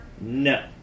No